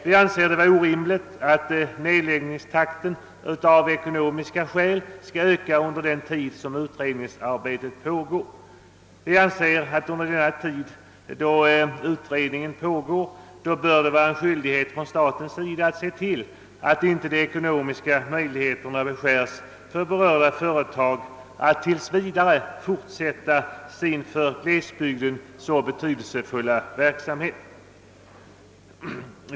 Vi anser det vara orimligt att nedläggningstakten av ekonomiska skäl skall öka medan utredningsarbetet pågår. Enligt vår mening bör det under denna tid vara statens skyldighet att se till, att de ekonomiska möjligheterna inte beskärs för berörda företag att tills vidare fortsätta sin för glesbygden så betydelsefulla verksamhet.